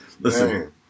Listen